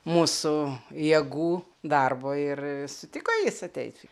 mūsų jėgų darbo ir sutiko jis ateiti